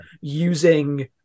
using